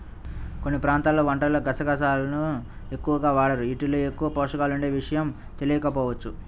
కొన్ని ప్రాంతాల్లో వంటల్లో గసగసాలను ఎక్కువగా వాడరు, యీటిల్లో ఎక్కువ పోషకాలుండే విషయం తెలియకపోవచ్చు